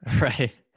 Right